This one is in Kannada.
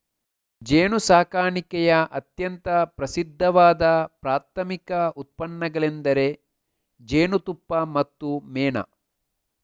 ಜೇನುಸಾಕಣೆಯ ಅತ್ಯಂತ ಪ್ರಸಿದ್ಧವಾದ ಪ್ರಾಥಮಿಕ ಉತ್ಪನ್ನಗಳೆಂದರೆ ಜೇನುತುಪ್ಪ ಮತ್ತು ಮೇಣ